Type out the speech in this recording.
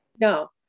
No